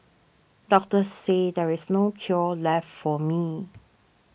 doctors said there is no cure left for me